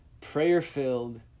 prayer-filled